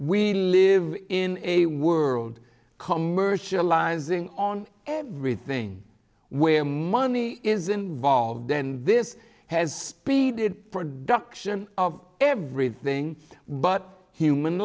we live in a world commercializing on everything where money is involved then this has predicted production of everything but human